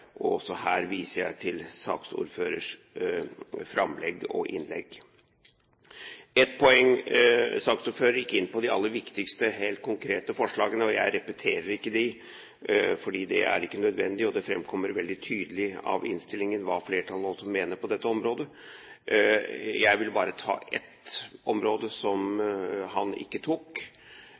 og også her viser jeg til saksordførerens innlegg. Saksordføreren gikk inn på de aller viktigste helt konkrete forslagene, og jeg repeterer ikke dem. Det er ikke nødvendig, og det framkommer veldig tydelig av innstillingen hva flertallet også mener på dette området. Jeg vil bare ta opp ett område som han ikke tok